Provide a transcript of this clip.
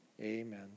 Amen